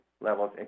levels